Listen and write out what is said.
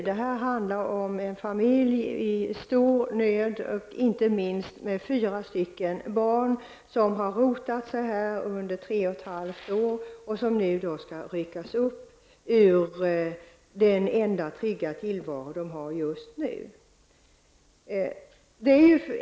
Men här är det fråga om en familj i stor nöd och inte minst med fyra barn, som har rotat sig i Sverige under tre och ett halvt år och som nu skall ryckas upp ur den enda trygga tillvaro som de har just nu.